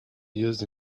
used